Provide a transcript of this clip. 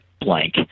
blank